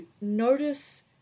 notice